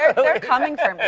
they're coming for me.